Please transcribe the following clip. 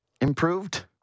improved